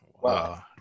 Wow